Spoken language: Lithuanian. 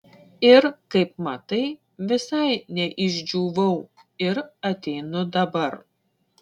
ir kaip matai visai neišdžiūvau ir ateinu dabar